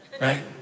right